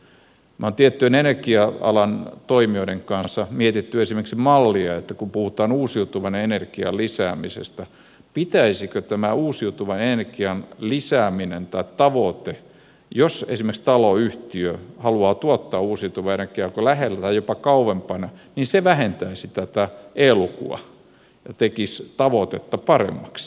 me olemme tiettyjen energia alan toimijoiden kanssa miettineet esimerkiksi mallia että kun puhutaan uusiutuvan energian lisäämisestä vähentäisikö tämä uusiutuvan energian lisääminen tai tavoite jos esimerkiksi taloyhtiö haluaa tuottaa uusiutuvaa energiaa joko lähellä tai jopa kauempana tätä e lukua ja tekisi tavoitetta paremmaksi